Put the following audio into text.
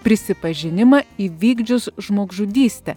prisipažinimą įvykdžius žmogžudystę